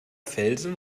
felsen